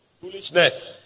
foolishness